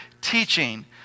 teaching